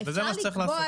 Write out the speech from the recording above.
וזה מה שצריך לעשות.